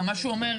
גם מה שהוא אומר,